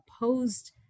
opposed